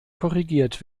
korrigiert